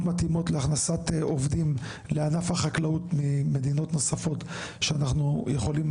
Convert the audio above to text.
מתאימות להכנסת עובדים לענף החקלאות ממדינות נוספות שאנחנו יכולים